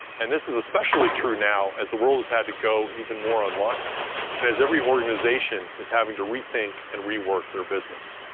and this is especially true now as the world has had to go even more online and as every organization is having to rethink and rework their business.